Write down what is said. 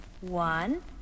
One